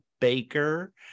baker